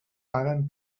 paguen